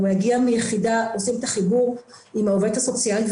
אם הוא מגיע מיחידה עושים את החיבור עם העובדת הסוציאלית,